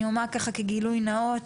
אני אומר כגילוי נאות,